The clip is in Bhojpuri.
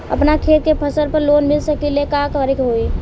अपना खेत के फसल पर लोन मिल सकीएला का करे के होई?